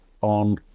on